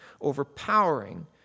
overpowering